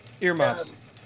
Earmuffs